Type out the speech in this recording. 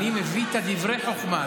אני מביא את דברי החוכמה,